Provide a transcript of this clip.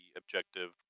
objective